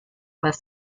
less